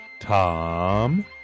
tom